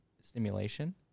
stimulation